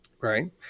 Right